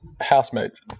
housemates